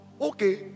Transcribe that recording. Okay